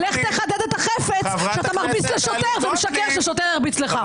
לך תחדד את החפץ כשאתה מרביץ לשוטר ומשקר ששוטר הרביץ לך.